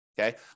okay